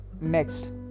Next